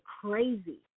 crazy